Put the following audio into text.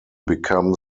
become